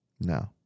No